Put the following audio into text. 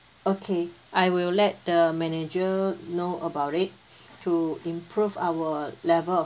okay I will let the manager know about it to improve our level of